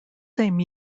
same